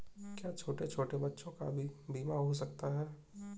क्या छोटे छोटे बच्चों का भी बीमा हो सकता है?